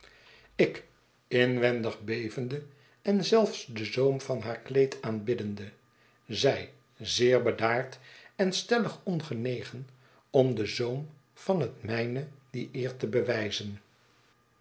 ik inwendig bevende en zelfs den zoom van haar oroote vebwachtwgen kleed aanbiddende zij zeer bedaard en stellig ongenegen om den zoom van het mijne die eer te bewijzen